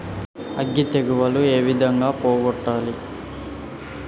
అగ్గి తెగులు ఏ విధంగా పోగొట్టాలి?